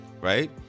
right